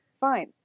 Fine